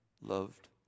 loved